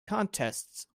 contests